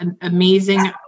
amazing